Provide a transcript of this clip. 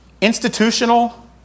institutional